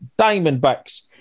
Diamondbacks